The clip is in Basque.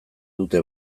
dute